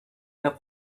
the